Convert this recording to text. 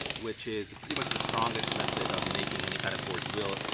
which is pretty much the strongest method of making any kind of forged wheel.